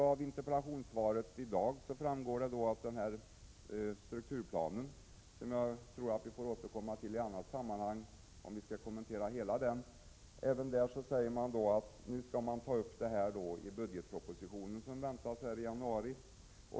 Av interpellationssvaret i dag framgår att regeringens bedömning av strukturplanen för turismen, som vi får återkomma till i annat sammanhang om vi skall kunna kommentera den i sin helhet, redovisas i budgetpropositionen i januari.